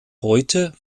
heute